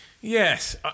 Yes